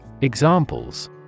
Examples